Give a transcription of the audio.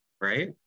right